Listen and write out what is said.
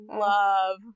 love